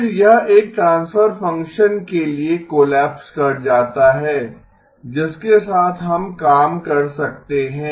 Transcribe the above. फिर यह एक ट्रांसफर फ़ंक्शन के लिए कोलैप्स कर जाता है जिसके साथ हम काम कर सकते हैं